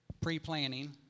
pre-planning